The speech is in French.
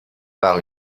par